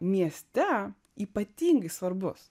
mieste ypatingai svarbus